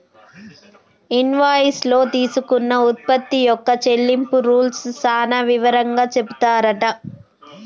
invoice లో తీసుకున్న ఉత్పత్తి యొక్క చెల్లింపు రూల్స్ సాన వివరంగా చెపుతారట